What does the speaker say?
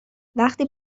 وقتی